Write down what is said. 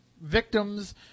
victims